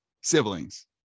siblings